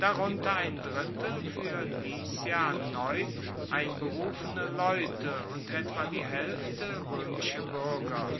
darunter ein drittel fuer dies jahr neu einberufene leute und etwa die haelfte roemische buerger